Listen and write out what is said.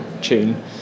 tune